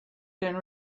can